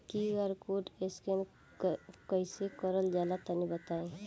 QR code scan कैसे क़रल जला तनि बताई?